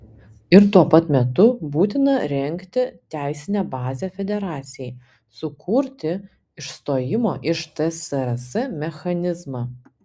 ir tuo pat metu būtina rengti teisinę bazę federacijai sukurti išstojimo iš tsrs mechanizmą